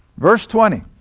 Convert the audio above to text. verse twenty,